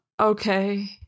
Okay